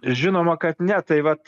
žinoma kad ne tai vat